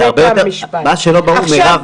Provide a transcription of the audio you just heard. מירב,